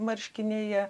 marškiniai jie